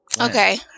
Okay